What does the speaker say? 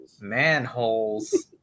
manholes